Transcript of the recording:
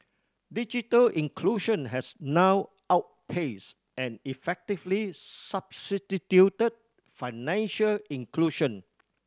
digital inclusion has now outpaced and effectively substituted financial inclusion